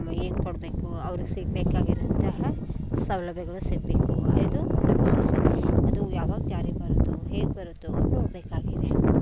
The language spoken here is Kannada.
ಏನು ಕೊಡಬೇಕು ಅವ್ರಿಗೆ ಸಿಗಬೇಕಾಗಿರುವಂತಹ ಸೌಲಭ್ಯಗಳು ಸಿಗಬೇಕು ಇದು ನಮ್ಮ ಆಸೆ ಅದು ಯಾವಾಗ ಜಾರಿ ಬರುತ್ತೋ ಹೇಗೆ ಬರುತ್ತೋ ನೋಡಬೇಕಾಗಿದೆ